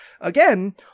again